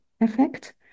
effect